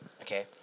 Okay